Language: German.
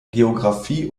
geographie